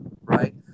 right